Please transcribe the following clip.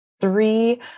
three